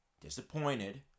disappointed